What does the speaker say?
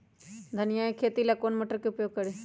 धनिया के खेती ला कौन मोटर उपयोग करी?